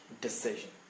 decision